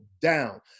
down